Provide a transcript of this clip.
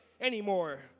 anymore